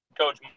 coach